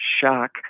shock